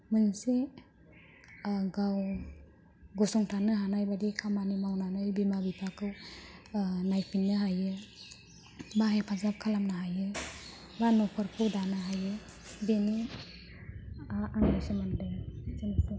मोनसे गाव गसंथानो हानाय बादि खामानि मावनानै बिमा बिफाखौ नायफिननो हायो एबा हेफाजाब खालामनो हायो एबा न'खरखौ दानो हायो बेनो आंनि सोमोन्दैया एसेनोसै